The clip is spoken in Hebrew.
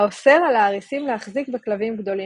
האוסר על האריסים להחזיק בכלבים גדולים,